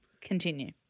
Continue